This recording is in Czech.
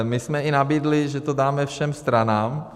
My jsme i nabídli, že to dáme všem stranám.